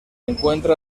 encuentra